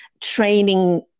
training